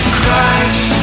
Christ